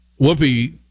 Whoopi